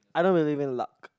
I don't really win luck